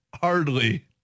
hardly